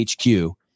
HQ